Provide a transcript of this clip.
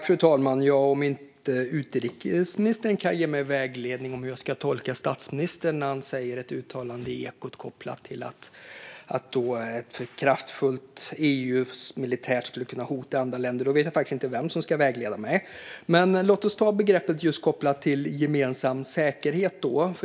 Fru talman! Om inte utrikesministern kan ge mig vägledning om hur jag ska tolka statsministern när han gör ett uttalande i Ekot om att ett kraftfullt EU militärt skulle kunna hota andra länder, då vet jag faktiskt inte vem som ska vägleda mig. Låt oss då ta begreppet gemensam säkerhet.